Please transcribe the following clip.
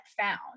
found